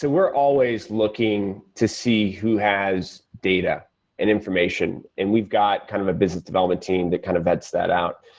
we're always looking to see who has data and information and we've got kind of a business development team that kind of vets that out.